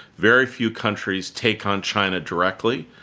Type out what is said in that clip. very few countries take on china directly.